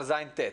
כיתות ז'-ט'.